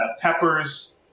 peppers